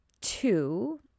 two